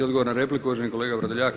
Odgovor na repliku uvaženi kolega Vrdoljak.